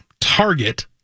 Target